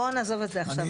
בואו נעזוב את זה עכשיו.